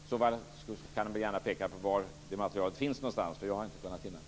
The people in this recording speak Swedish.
I så fall kan han gärna peka på var det materialet finns, för jag har inte kunnat finna det.